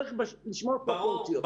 צריך לשמור על פרופורציות.